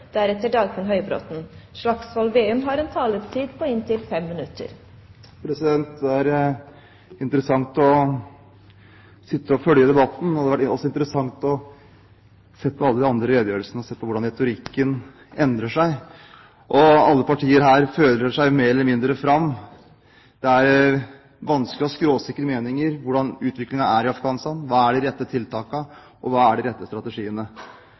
følge debatten. Det har også vært interessant å høre på alle de andre redegjørelsene, høre hvordan retorikken endrer seg. Alle partiene føler seg mer eller mindre fram. Det er vanskelig å ha skråsikre meninger om hvordan utviklingen er i Afghanistan. Hva er de rette tiltakene? Hva er de rette strategiene?